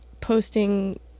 posting